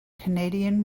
canadian